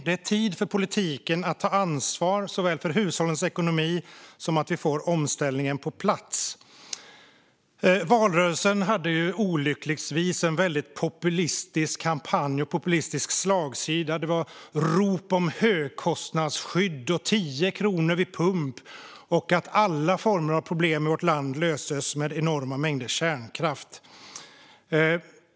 Det är tid för politiken att ta ansvar såväl för hushållens ekonomi som för att vi får omställningen på plats. Valrörelsen hade olyckligtvis en väldigt populistisk kampanj och populistisk slagsida. Det var rop om högkostnadsskydd och 10 kronor vid pump och att alla problem i vårt land skulle lösas med enorma mängder kärnkraft.